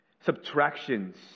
subtractions